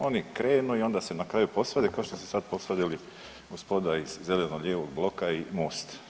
Oni krenu i onda se na kraju posvade kao što su se sad posvadili gospoda iz zeleno-lijevog bloka i MOST-a.